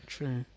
True